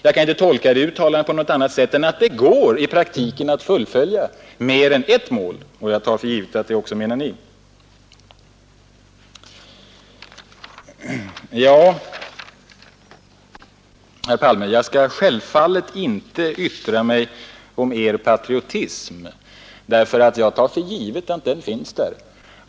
Jag kan inte tolka det uttalandet på annat sätt än att det går att i praktiken fullfölja mer än ett mål. Jag tar för givet att Ni också menar det. Sedan skall jag självfallet inte yttra mig om Er patriotism, herr Palme. Jag tar för givet att den finns där.